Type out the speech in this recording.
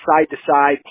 side-to-side